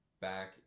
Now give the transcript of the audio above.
back